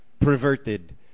perverted